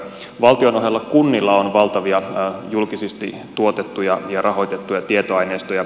valtion ohella kunnilla on valtavia julkisesti tuotettuja ja rahoitettuja tietoaineistoja